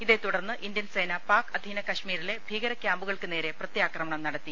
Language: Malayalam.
ഇതേത്തുടർന്ന് ഇന്ത്യൻ സേന പാക് അധീന കശ്മീരിലെ ഭീകര ക്യാമ്പുകൾക്ക് നേരെ പ്രത്യാക്രമണം നടത്തി